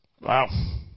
Wow